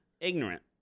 Ignorant